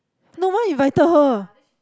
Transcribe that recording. no why invited her